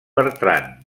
bertran